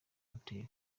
hotel